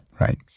Right